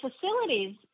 facilities